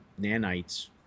nanites